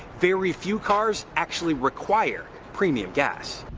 very few cars actually require premium gas.